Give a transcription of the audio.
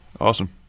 Awesome